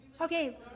Okay